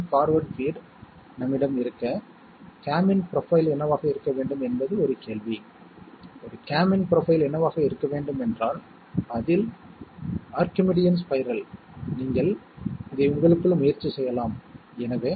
எடுத்துக்காட்டாக A B மற்றும் C ஆனது 1 1 1 ஆகியவற்றின் கலவையை எடுக்கலாம் அதாவது அவற்றின் கூட்டல் நமக்கு 3 ஐக் கொடுக்கும் இது பைனரியில் 11 ஆல் குறிக்கப்படுகிறது எனவே கேரி 1 ஆகவும் சம் 1 ஆகவும் இருக்கும்